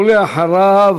ואחריו,